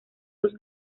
sus